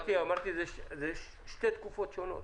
אמרתי שיש שתי תקופות שונות.